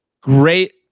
great